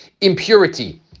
impurity